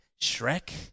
Shrek